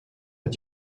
het